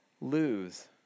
lose